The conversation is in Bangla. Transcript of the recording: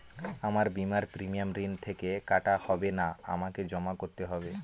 আমার বিমার প্রিমিয়াম ঋণ থেকে কাটা হবে না আমাকে জমা করতে হবে?